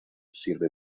sirve